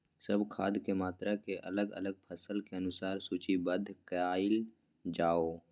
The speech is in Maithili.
सब खाद के मात्रा के अलग अलग फसल के अनुसार सूचीबद्ध कायल जाओ?